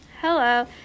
Hello